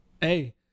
Hey